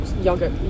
yogurt